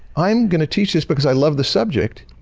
i'm going to teach this because i love the subject.